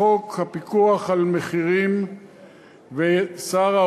חוק פיקוח על מחירי מצרכים ושירותים,